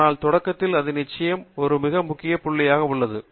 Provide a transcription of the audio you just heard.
ஆனால் தொடக்கத்தில் அது நிச்சயமாக ஒரு மிக முக்கிய புள்ளியாக உள்ளது